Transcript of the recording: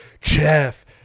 jeff